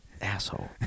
asshole